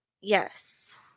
Yes